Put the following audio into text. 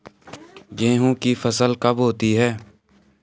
गेहूँ की फसल कब होती है?